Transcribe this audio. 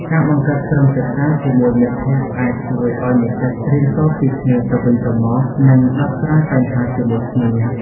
ការបង្កើតក្រុមសិក្សាជាមួយមិត្តភ័ក្តិអាចជួយឲ្យនិស្សិតរៀនសូត្រពីគ្នាទៅវិញទៅមក និងដោះស្រាយបញ្ហាជាមួយគ្នា។